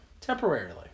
temporarily